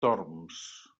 torms